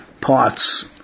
parts